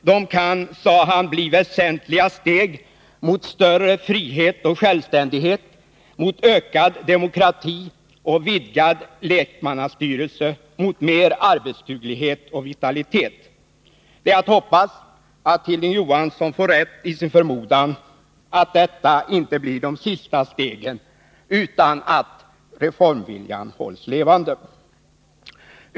De kan, sade han, bli väsentliga steg mot större frihet och självständighet, mot ökad demokrati och vidgad lekmannastyrelse, mot mer arbetsduglighet och vitalitet. Det är att hoppas att Hilding Johansson får rätt i sin förmodan att det inte blir de sista stegen utan att reformviljan hålls levande.